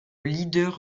leader